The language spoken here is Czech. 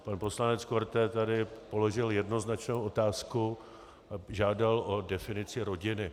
Pan poslanec Korte tady položil jednoznačnou otázku a žádal o definici rodiny.